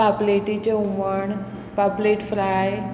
पापलेटीचें हुमण पापलेट फ्राय